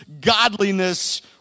godliness